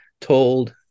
told